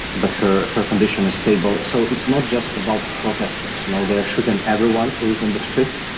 but her her condition is stable. so it's not just about protesters. no. they're shooting everyone who is on the streets.